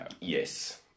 Yes